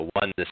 one